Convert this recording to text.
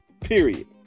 Period